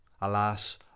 alas